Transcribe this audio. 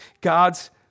God's